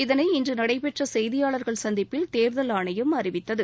இதனை இன்று நடைபெற்ற செய்தியாளர்கள் சந்திப்பில் தேர்தல் ஆணையம் அறிவித்தது